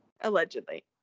Allegedly